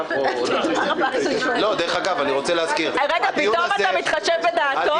פתאום אתה מתחשב בדעתו?